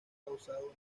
causado